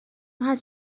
هست